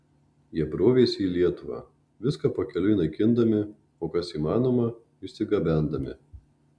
jie brovėsi į lietuvą viską pakeliui naikindami o kas įmanoma išsigabendami